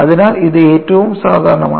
അതിനാൽ ഇത് ഏറ്റവും സാധാരണമാണ്